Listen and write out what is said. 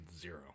Zero